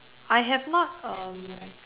I have not um